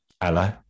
Hello